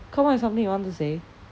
come up with something you want to say